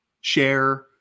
share